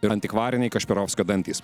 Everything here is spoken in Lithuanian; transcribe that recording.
ir antikvariniai kašpirovskio dantys